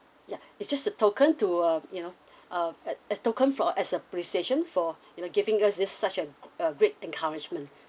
ya it's just a token to uh you know uh as as token for uh as appreciation for you know giving us this such a a great encouragement